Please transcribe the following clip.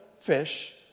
fish